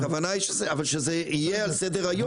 הכוונה היא שזה יהיה על סדר היום.